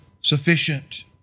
sufficient